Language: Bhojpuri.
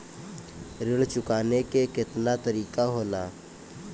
ऋण चुकाने के केतना तरीका होला?